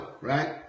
right